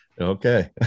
Okay